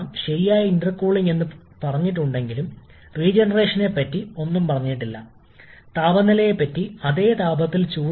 അതിനാൽ ഇന്റർകൂളിംഗിനൊപ്പം multistage compression എന്ന ആദ്യ ആശയം നമുക്ക് പര്യവേക്ഷണം ചെയ്യാം